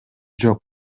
жок